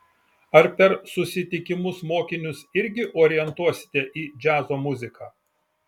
ar per susitikimus mokinius irgi orientuosite į džiazo muziką